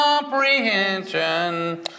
comprehension